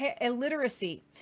illiteracy